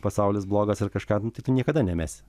pasaulis blogas ir kažką nu tai tu niekada nemesi